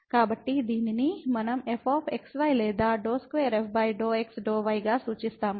కాబట్టి దీనిని మనం fxy లేదా ∂2f∂ x ∂ yగా సూచిస్తాము